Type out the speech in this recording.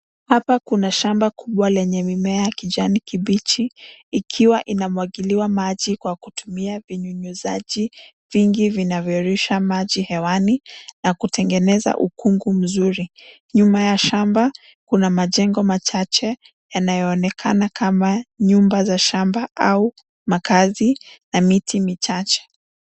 Hapa kuna shamba kubwa lenye mimea ya kijani kibichi ikiwa inamwagiliwa maji kwa kutumia vinyunyuzaji vingi vinavyorusha maji hewani na kutengeneza ukungu mzuri. Nyuma ya shamba, kuna majengo machahe yanayoonekana kama nyumba za shamba au makaazi na miti michache.